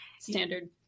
standard